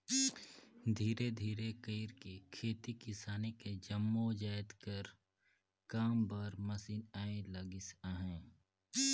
धीरे धीरे कइरके खेती किसानी के जम्मो जाएत कर काम बर मसीन आए लगिस अहे